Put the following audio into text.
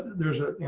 there's a, you